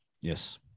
Yes